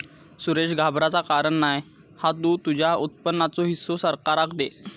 सुरेश घाबराचा कारण नाय हा तु तुझ्या उत्पन्नाचो हिस्सो सरकाराक दे